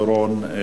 דורון,